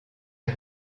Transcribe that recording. est